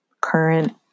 current